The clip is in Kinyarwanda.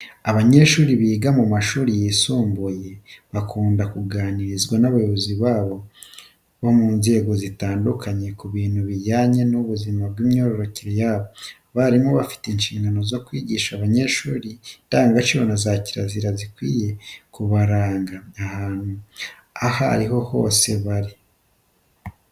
Abanyeshuri biga mu mashuri yisumbuye bakunda kuganirizwa n'abayobozi bo mu nzego zitandukanye ku bintu bijyanye n'ubuzima bw'imyororokere yabo. Abarimu bafite inshingano zo kwigisha abanyeshuri indangagaciro na kirazira bikwiye kubaranga ahantu aho ari ho hose bari.